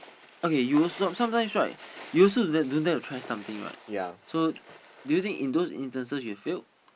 okay you also sometimes right you also don't don't dare to try something right so do you think in those instances you've failed